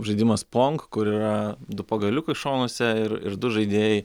žaidimas pong kur yra du pagaliukai šonuose ir ir du žaidėjai